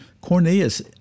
Cornelius